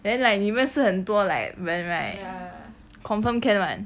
then like 你认识很多 like 人 right confirm can [one]